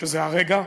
שזה הרגע,